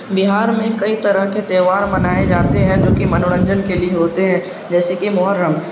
بہار میں کئی طرح کے تہوار منائے جاتے ہیں جو کہ منورنجن کے لیے ہوتے ہیں جیسے کہ محرم